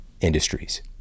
industries